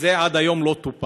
עד זה היום לא טופל,